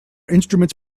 instruments